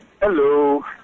Hello